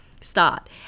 start